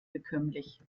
bekömmlich